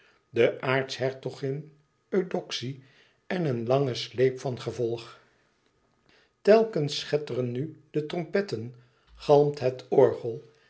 de aartshertogin eudoxie en een lange sleep van gevolg telkens schetteren nu de trompetten galmt het orgel